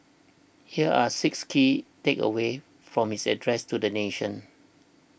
here are six key takeaways from his address to the nation